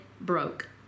broke